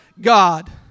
God